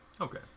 Okay